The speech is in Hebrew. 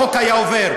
החוק היה עובר.